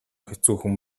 хэцүүхэн